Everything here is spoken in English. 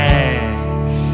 Cash